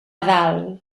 dalt